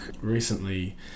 recently